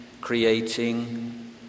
creating